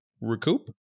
recoup